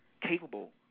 capable